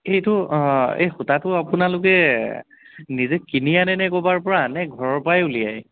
এইটো অঁ এই সূতাটো আপোনালোকে নিজে কিনি আনে নে ক'ৰবাৰপৰা নে ঘৰৰপৰাই উলিয়াই